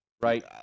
right